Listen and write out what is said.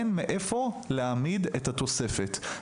אין מאיפה להעמיד את התוספת.